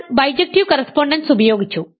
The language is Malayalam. നമ്മൾ ബൈജക്ടീവ് കറസ്പോണ്ടൻസ് ഉപയോഗിച്ചു